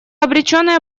обреченная